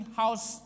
house